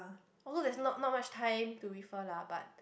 although there's not not much time to refer lah but